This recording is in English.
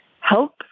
help